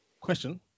question